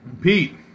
Pete